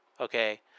Okay